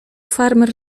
farmer